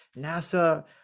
NASA